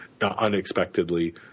unexpectedly